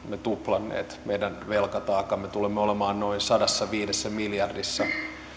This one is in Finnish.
tuplanneet meidän velkataakkamme tulemme olemaan noin sadassaviidessä miljardissa